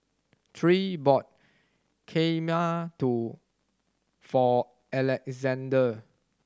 Tre bought Kheema to for Alexzander